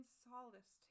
solace